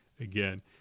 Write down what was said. again